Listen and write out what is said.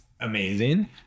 amazing